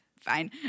fine